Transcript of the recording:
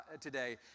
today